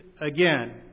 again